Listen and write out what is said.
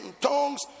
tongues